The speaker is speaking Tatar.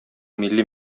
милли